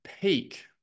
peak